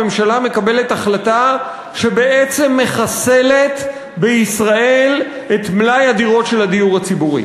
הממשלה מקבלת החלטה שבעצם מחסלת את מלאי הדירות של הדיור הציבורי